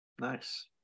Nice